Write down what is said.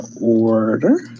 order